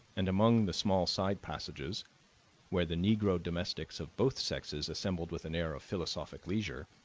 and among the small side passages where the negro domestics of both sexes assembled with an air of philosophic leisure,